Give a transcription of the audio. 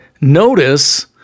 notice